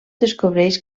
descobreix